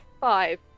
five